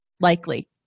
likely